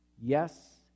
Yes